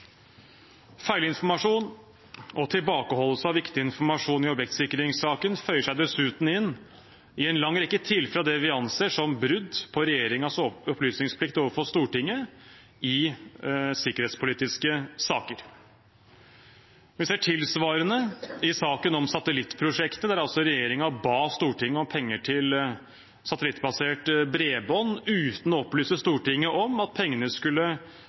Feilinformasjon og tilbakeholdelse av viktig informasjon i objektsikringssaken føyer seg dessuten inn i en lang rekke tilfeller av det vi anser som brudd på regjeringens opplysningsplikt overfor Stortinget i sikkerhetspolitiske saker. Vi ser tilsvarende i saken om satellittprosjektet, der regjeringen ba Stortinget om penger til satellittbasert bredbånd, uten å opplyse Stortinget om at pengene skulle